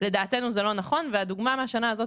לדעתנו זה לא נכון והדוגמה מהשנה הזאת